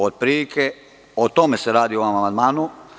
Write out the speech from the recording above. Otprilike o tome se radiu ovim amandmanu.